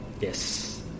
Yes